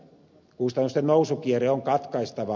kustannusten nousukierre on katkaistava